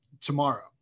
tomorrow